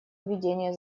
ведения